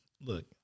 look